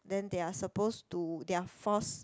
then they are supposed to they are forced